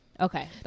okay